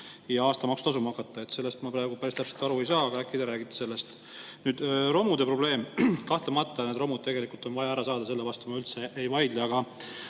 ja aastamaksu tasuma hakata. Sellest ma praegu päris täpselt aru ei saa, aga äkki te räägite sellest. Nüüd romude probleemist. Kahtlemata on romud tegelikult vaja ära saada, selle vastu ma üldse ei vaidle. Aga